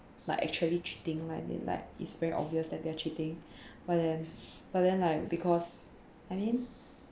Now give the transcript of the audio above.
like actually cheating like they like it's very obvious that they are cheating but then but then like because I mean